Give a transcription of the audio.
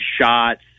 shots